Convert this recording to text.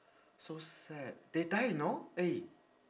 so sad they die you know eh